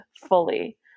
fully